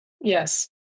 Yes